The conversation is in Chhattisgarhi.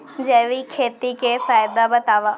जैविक खेती के फायदा बतावा?